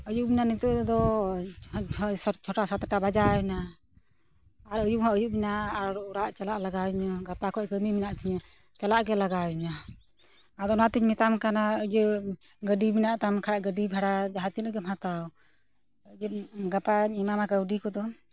ᱟᱹᱭᱩᱯ ᱮᱱᱟ ᱱᱤᱛᱳᱜ ᱫᱚ ᱦᱚᱸᱜᱼᱚᱭ ᱪᱷᱚ ᱴᱟ ᱥᱟᱛ ᱴᱟ ᱵᱟᱡᱟᱣ ᱮᱱᱟ ᱟᱨ ᱟᱹᱭᱩᱯ ᱦᱚᱸ ᱟᱹᱭᱩᱯ ᱮᱱᱟ ᱟᱨ ᱚᱲᱟᱜ ᱪᱟᱞᱟᱣ ᱞᱟᱜᱟᱣᱤᱧᱟᱹ ᱜᱟᱯᱟ ᱠᱷᱚᱱ ᱠᱟᱹᱢᱤ ᱢᱮᱱᱟᱜ ᱛᱚᱧᱟᱹ ᱪᱟᱞᱟᱜ ᱜᱮ ᱞᱟᱜᱟᱣᱤᱧᱟᱹ ᱟᱫᱚ ᱚᱱᱟᱛᱤᱧ ᱢᱮᱛᱟᱢ ᱠᱟᱱᱟ ᱤᱭᱟᱹ ᱜᱟᱹᱰᱤ ᱢᱮᱱᱟᱜ ᱛᱟᱢ ᱠᱷᱟᱱ ᱜᱟᱹᱰᱤ ᱵᱷᱟᱲᱟ ᱡᱟᱦᱟᱸ ᱛᱤᱱᱟᱹᱜ ᱜᱮᱢ ᱦᱟᱛᱟᱣ ᱜᱟᱯᱟᱧ ᱮᱢᱟᱢᱟ ᱠᱟᱹᱣᱰᱤ ᱠᱚᱫᱚ